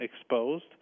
exposed